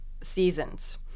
seasons